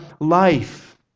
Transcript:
life